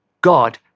God